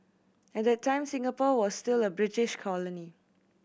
at that time Singapore was still a British colony